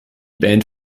band